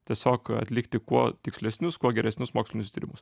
tiesiog atlikti kuo tikslesnius kuo geresnius mokslinius tyrimus